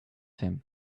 him